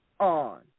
On